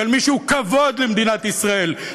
של מי שהוא כבוד למדינת ישראל,